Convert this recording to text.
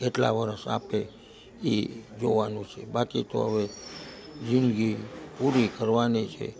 કેટલાં વર્ષ આપે એ જોવાનું છે બાકી તો હવે જિંદગી પૂરી કરવાની છે